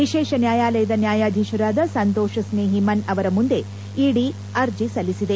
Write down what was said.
ವಿಶೇಷ ನ್ಯಾಯಾಲಯದ ನ್ಯಾಯಾಧೀಶರಾದ ಸಂತೋಷ್ ಸ್ತೇಹಿ ಮನ್ ಅವರ ಮುಂದೆ ಇದಿ ಅರ್ಜಿ ಸಲ್ಲಿಸಿದೆ